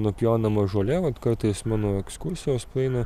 nupjaunama žolė vat kartais mano ekskursijos paeina